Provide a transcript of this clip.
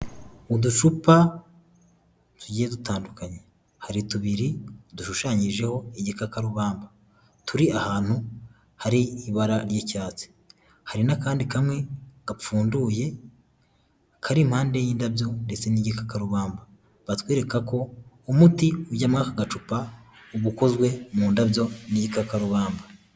Uducupa tugiye dutandukanye, hari tubiri dushushanyijeho igikakarubamba, turi ahantu hari ibara ry'icyatsi, hari n'akandi kamwe gapfunduye kari impande y'indabyo ndetse n'igikakarubamba, batwereka ko umuti ujya mu aka gacupa, uba ukozwe mu ndabyo n'igikakarubamba.